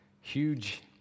huge